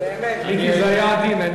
מיקי, זה היה עדין.